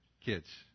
kids